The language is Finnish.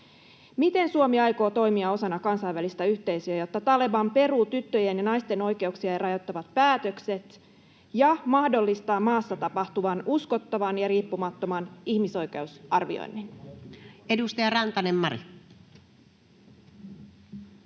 Miten Suomi aikoo toimia osana kansainvälistä yhteisöä, jotta Taleban peruu tyttöjen ja naisten oikeuksia rajoittavat päätökset ja mahdollistaa maassa tapahtuvan uskottavan ja riippumattoman ihmisoikeusarvioinnin? [Speech 65] Speaker: